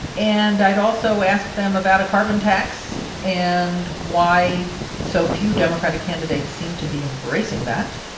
and i'd also ask them about a carbon tax and why so few democratic candidates seem to be embracing that.